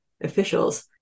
officials